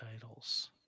titles